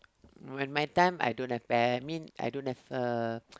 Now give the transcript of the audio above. when my time I don't have pa~ I mean I don't have a